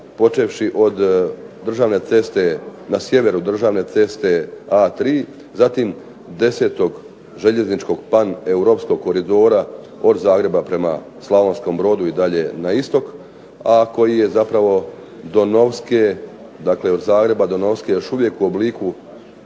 počevši na sjeveru državne ceste A3, zatim 10. željezničko Paneuropskog koridora od Zagreba prema Slavonskom Brodu dalje na istok, a koji je do Novske dakle od Zagreba do Novske još uvijek u obliku